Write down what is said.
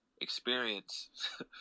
experience